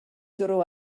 dro